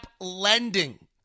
Lending